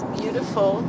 beautiful